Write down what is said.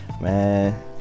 man